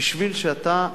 בשביל שאתה בעצם,